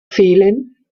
fehlen